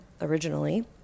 originally